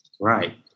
Right